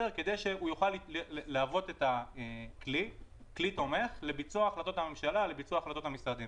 כדי שהוא יוכל להוות כלי תומך לביצוע החלטות הממשלה והמשרדים.